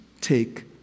take